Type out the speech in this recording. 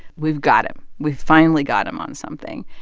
we've got him. we've finally got him on something.